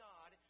God